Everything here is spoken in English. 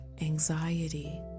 anxiety